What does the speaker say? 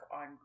on